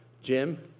Jim